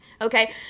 Okay